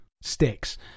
sticks